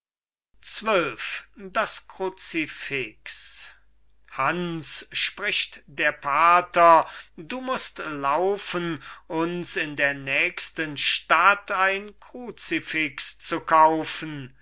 das kruzifix hans spricht der pater du mußt laufen uns in der nächsten stadt ein kruzifix zu kaufen